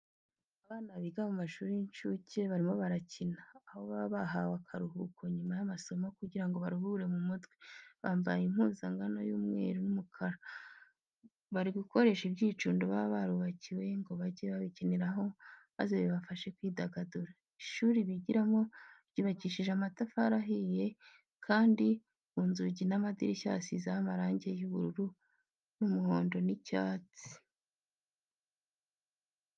Abana biga mu mashuri y'incuke barimo barakina, aho baba bahawe akaruhuko nyuma y'amasomo kugira ngo baruhure mu mutwe, bambaye impuzangano y'umweru n'umukara. Bari gukoresha ibyicundo baba barubakiwe ngo bajye babikiniraho, maze bibafashe kwidagadura. Ishuri bigiramo ryubakishije amatafari ahiye kandi ku nzugi n'amadirishya hasizeho amarange y'ubururu n'umuhondo n'icyatsi.